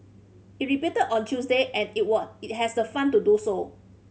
it repeated on Tuesday and it was it has the fund to do so